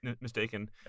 mistaken